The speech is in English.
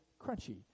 crunchy